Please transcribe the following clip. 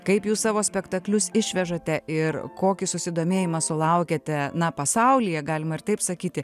kaip jūs savo spektaklius išvežate ir kokį susidomėjimą sulaukiate na pasaulyje galima taip sakyti